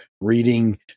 reading